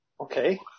Okay